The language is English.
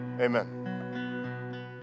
amen